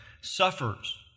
suffers